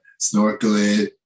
snorkeling